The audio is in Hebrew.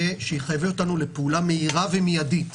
שיחייב אותנו לפעולה מהירה ומיידית.